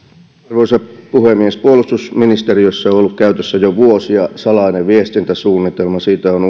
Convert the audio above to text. arvoisa puhemies puolustusministeriössä on ollut käytössä jo vuosia salainen viestintäsuunnitelma